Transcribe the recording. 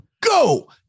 go